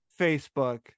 Facebook